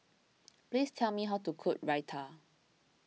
please tell me how to cook Raita